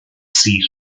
seat